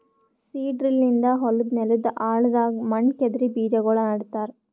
seed drill ನಿಂದ ಹೊಲದ್ ನೆಲದ್ ಆಳದಾಗ್ ಮಣ್ಣ ಕೆದರಿ ಬೀಜಾಗೋಳ ನೆಡ್ತಾರ